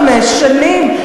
חמש שנים.